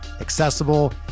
accessible